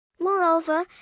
Moreover